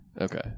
Okay